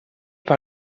par